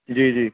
जी जी